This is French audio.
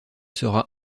sera